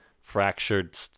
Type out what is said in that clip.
fractured